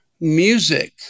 music